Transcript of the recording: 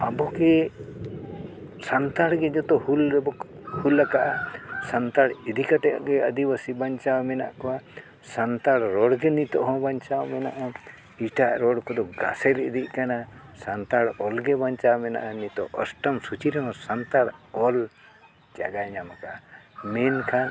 ᱟᱵᱚ ᱠᱤ ᱥᱟᱱᱛᱟᱲ ᱜᱮ ᱡᱚᱛᱚ ᱦᱩᱞ ᱨᱮᱵᱚ ᱦᱩᱞ ᱟᱠᱟᱜᱼᱟ ᱥᱟᱱᱛᱟᱲ ᱤᱫᱤ ᱠᱟᱛᱮᱜ ᱜᱮ ᱟᱹᱫᱤᱵᱟᱹᱥᱤ ᱵᱟᱧᱪᱟᱣ ᱢᱮᱱᱟᱜ ᱠᱚᱣᱟ ᱥᱟᱱᱛᱟᱲ ᱨᱚᱲ ᱜᱮ ᱱᱤᱛᱚᱜ ᱦᱚᱸ ᱵᱟᱧᱪᱟᱣ ᱢᱮᱱᱟᱜᱼᱟ ᱮᱴᱟᱜ ᱨᱚᱲ ᱠᱚᱫᱚ ᱜᱟᱥᱮᱨ ᱤᱫᱤᱜ ᱠᱟᱱᱟ ᱥᱟᱱᱛᱟᱲ ᱚᱞ ᱜᱮ ᱵᱟᱧᱪᱟᱣ ᱢᱮᱱᱟᱜᱼᱟ ᱱᱤᱛᱚᱜ ᱚᱥᱴᱚᱢ ᱥᱩᱪᱤ ᱨᱮᱦᱚᱸ ᱥᱟᱱᱛᱟᱲ ᱚᱞ ᱡᱟᱜᱟᱭ ᱧᱟᱢ ᱠᱟᱜᱼᱟ ᱢᱮᱱᱠᱷᱟᱱ